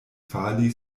fali